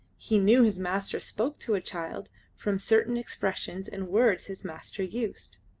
he knew his master spoke to a child from certain expressions and words his master used.